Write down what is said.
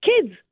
kids